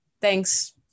Thanks